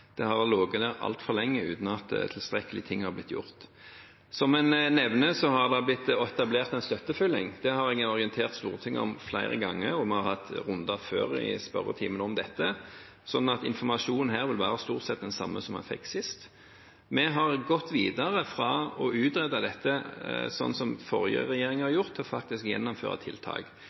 det, og ikke bare utrede det. Det har ligget der altfor lenge uten at tilstrekkelig er blitt gjort. Som en nevner, har det blitt etablert en støttefylling. Det har jeg orientert Stortinget om flere ganger, og vi har hatt runder i spørretimen om dette før, slik at informasjonen nå vil være stort sett den samme som en fikk sist. Vi har gått videre fra å utrede dette, slik forrige regjering har gjort, til faktisk å gjennomføre tiltak.